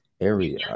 area